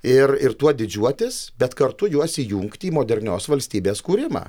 ir ir tuo didžiuotis bet kartu juos įjungti į modernios valstybės kūrimą